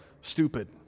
stupid